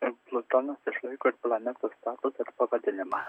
ir plutonas išlaiko ir planetos statusą ir pavadinimą